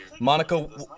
Monica